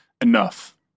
enough